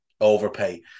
overpay